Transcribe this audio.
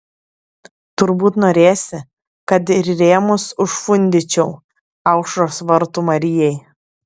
turbūt norėsi kad ir rėmus užfundyčiau aušros vartų marijai